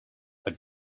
but